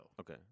Okay